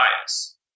bias